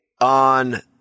on